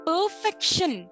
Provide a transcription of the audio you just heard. Perfection